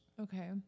okay